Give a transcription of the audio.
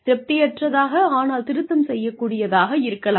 திருப்தியற்றதாக ஆனால் திருத்தம் செய்யக்கூடியதாக இருக்கலாம்